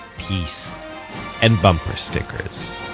peace and bumper stickers